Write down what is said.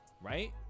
Right